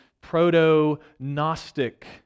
proto-Gnostic